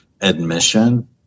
admission